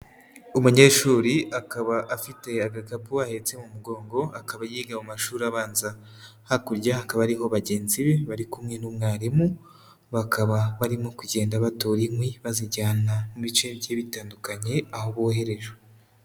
Umunyeshuri akaba afite agatapu ahetse mu mugongo, akaba yiga mu mashuri abanza. Hakurya hakaba hariho bagenzi be bari kumwe n'umwarimu, bakaba barimo kugenda batora inkwi, bazijyana mu bice bigiye bitandukanye, aho boherejwe.